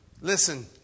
listen